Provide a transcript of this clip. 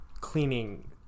cleaning